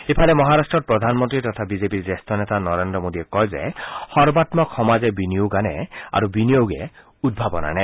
ইফালে মহাৰাট্টত প্ৰধানমন্তী তথা বিজেপিৰ জ্যেষ্ঠ নেতা নৰেন্দ্ৰ মোদীয়ে কয় যে সৰ্বামক সমাজে বিনিয়োগ আনে আৰু বিনিয়োগে উদ্ভাৱন আনে